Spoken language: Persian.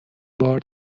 بار